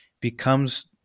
becomes